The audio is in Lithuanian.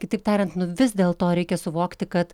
kitaip tariant vis dėlto reikia suvokti kad